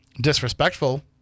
disrespectful